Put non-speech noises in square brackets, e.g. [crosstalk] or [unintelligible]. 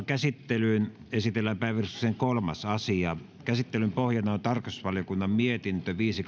[unintelligible] käsittelyyn esitellään päiväjärjestyksen kolmas asia käsittelyn pohjana on tarkastusvaliokunnan mietintö viisi [unintelligible]